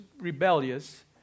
rebellious